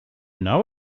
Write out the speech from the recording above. know